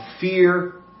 fear